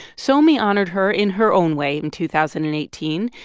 somi honored her in her own way in two thousand and eighteen.